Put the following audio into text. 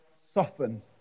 soften